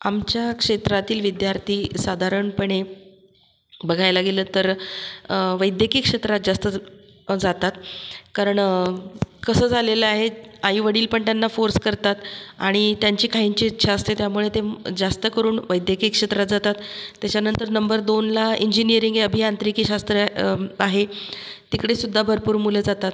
आमच्या क्षेत्रातील विद्यार्थी साधारणपणे बघायला गेलं तर वैद्यकीय क्षेत्रात जास्तच जातात कारण कसं झालेलं आहे आईवडील पण त्यांना फोर्स करतात आणि त्यांची काहींची इच्छा असते त्यामुळे ते म जास्त करून वैद्यकीय क्षेत्रात जातात त्याच्यानंतर नंबर दोनला इंजिनीअरिंग आहे अभियांत्रिकी शास्त्रं आहे आहे तिकडेसुद्धा भरपूर मुलं जातात